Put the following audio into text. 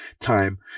time